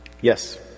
Yes